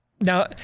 Now